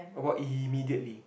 about immediately